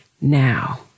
now